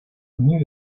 new